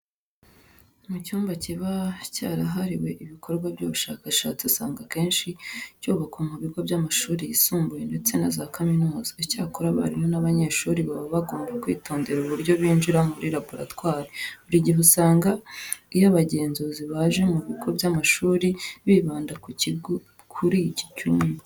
Mu cyumba kiba cyarahariwe ibikorwa by'ubushakashatsi usanga akenshi cyubakwa mu bigo by'amashuri yisumbuye ndetse na za kaminuza. Icyakora abarimu n'abanyeshuri baba bagomba kwitondera uburyo binjira muri laboratwari. Buri gihe usanga iyo abangenzuzi baje mu bigo by'amashuri bibanda kuri iki cyumba.